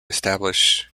establish